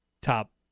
top